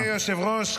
אדוני היושב-ראש,